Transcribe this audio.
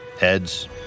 Heads